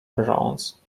bronze